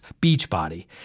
Beachbody